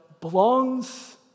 belongs